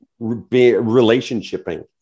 relationshiping